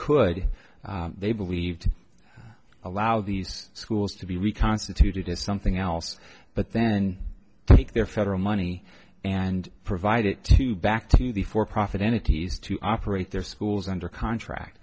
could they believed allow these schools to be reconstituted as something else but then take their federal money and provide it to back to the for profit entities to operate their schools under contract